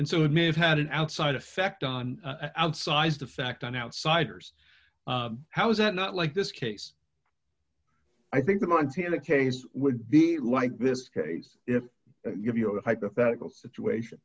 and so it may have had an outside effect on outsized effect on outsiders how is that not like this case i think the montana case would be like this case if you have your hypothetical situation